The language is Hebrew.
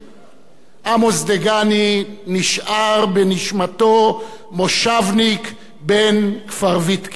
עמוס דגני נשאר בנשמתו מושבניק בן כפר-ויתקין,